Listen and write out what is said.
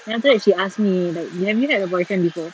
then after that she asked me like have you had a boyfriend before